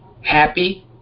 happy